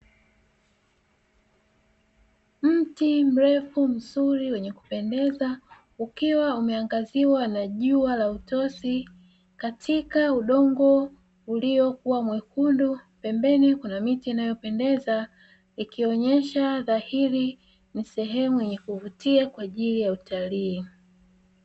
Mti mrefu mzuri wenye kupendeza ukiwa umeangaziwa na jua la utosi katika udongo uliokuwa mwekundu, pembeni kuna miti inayopendeza ikionesha dhahiri ni sehemu yenye kuvutia kwa ajili ya utalii.